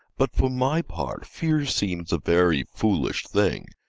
but for my part fear seems a very foolish thing.